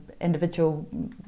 individual